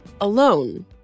alone